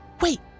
Wait